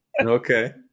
Okay